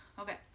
okay